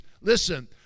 Listen